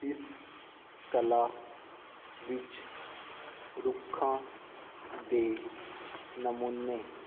ਇਸ ਕਲਾ ਵਿੱਚ ਰੁੱਖਾਂ ਦੇ ਨਮੂਨੇ